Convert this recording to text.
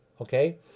okay